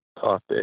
topic